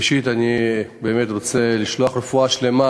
ראשית, אני רוצה לשלוח איחולי רפואה שלמה